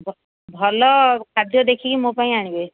ଭଲ ଖାଦ୍ୟ ଦେଖିକି ମୋ ପାଇଁ ଆଣିବେ